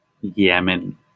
Yemen